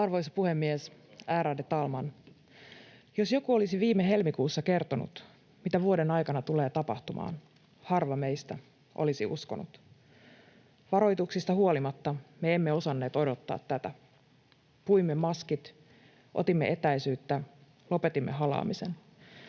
Arvoisa puhemies, ärade talman! Jos joku olisi viime helmikuussa kertonut, mitä vuoden aikana tulee tapahtumaan, harva meistä olisi uskonut. Varoituksista huolimatta me emme osanneet odottaa tätä. Puimme maskit. Otimme etäisyyttä. Lopetimme halaamisen.